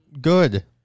good